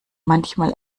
manchmal